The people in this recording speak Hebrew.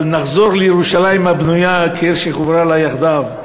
אבל נחזור לירושלים הבנויה כעיר שחוברה לה יחדיו.